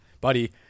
Buddy